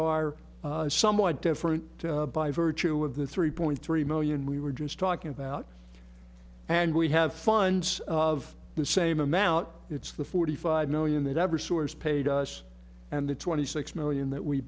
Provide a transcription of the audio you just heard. are somewhat different by virtue of the three point three million we were just talking about and we have funds of the same amount it's the forty five million that ever source paid us and the twenty six million that we